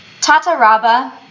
Tataraba